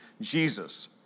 Jesus